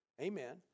amen